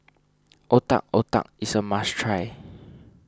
Otak Otak is a must try